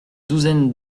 douzaine